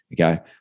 okay